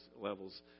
levels